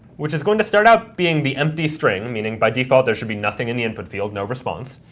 which is going to start out being the empty string meaning by default, there should be nothing in the input field, no response.